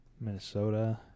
Minnesota